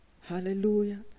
Hallelujah